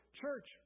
Church